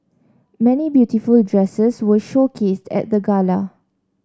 many beautiful dresses were showcased at the gala